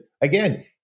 again